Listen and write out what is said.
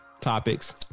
Topics